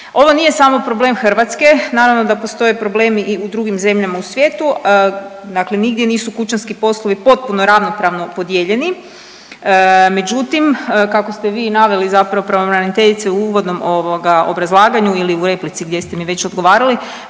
Ovo nije samo problem Hrvatske, naravno da postoje problemi i u drugim zemljama u svijetu, dakle nigdje nisu kućanski poslovi potpuno ravnopravno podijeljeni, međutim kako ste vi naveli zapravo pravobraniteljice u uvodnom obrazlaganju ili u replici gdje ste mi već odgovarali